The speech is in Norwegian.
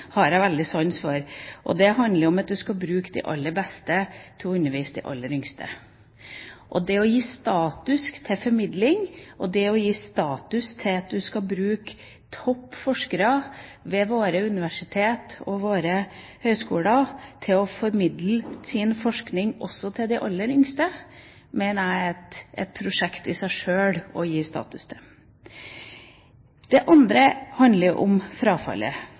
har jeg veldig sans for. Det handler om at man skal bruke de aller beste til å undervise de aller yngste. Og det å gi status til formidling, det å gi status til at en skal bruke topp forskere ved våre universiteter og våre høyskoler til å formidle forskning også til de aller yngste, mener jeg er et prosjekt som i seg sjøl gir status. Det andre handler om frafallet.